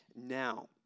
now